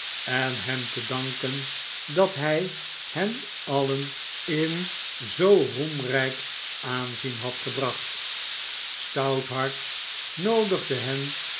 en hem te danken dat hjj hen alien in zooroemrgk aanzien had gebracht stouthart noodigde hen